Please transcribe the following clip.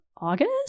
August